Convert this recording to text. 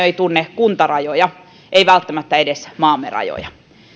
ei tunne kuntarajoja eikä välttämättä edes maamme rajoja